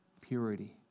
purity